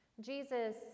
Jesus